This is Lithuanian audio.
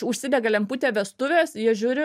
užsidega lemputė vestuvės jie žiūri